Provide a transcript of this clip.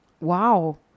Wow